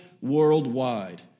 worldwide